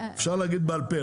אפשר להגיד בעל פה.